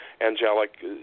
angelic